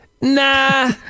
Nah